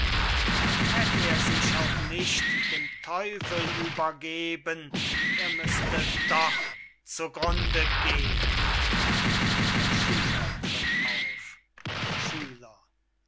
und hätt er sich auch nicht dem teufel übergeben er müßte doch zu grunde gehn ein schüler tritt auf schüler